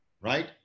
right